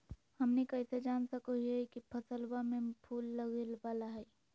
हमनी कइसे जान सको हीयइ की फसलबा में फूल लगे वाला हइ?